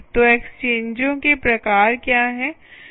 तो एक्सचेंजों के प्रकार क्या हैं